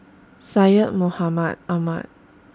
Syed Mohamed Ahmed